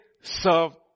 serve